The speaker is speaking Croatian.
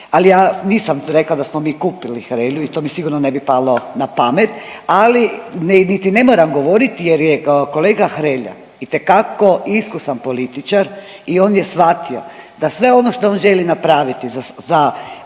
ali ja nisam rekla da smo mi kupili Hrelju i to mi sigurno ne bi palo na pamet, ali niti ne moram govoriti jer je kolega Hrelja itekako iskusan političar i on je shvatio da sve ono što on želi napraviti za